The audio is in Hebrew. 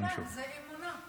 אימאן זאת אמונה.